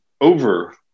over